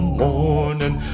morning